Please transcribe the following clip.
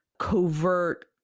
covert